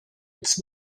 its